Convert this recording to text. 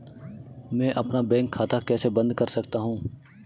मैं अपना बैंक खाता कैसे बंद कर सकता हूँ?